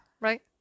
right